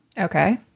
Okay